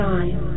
Nine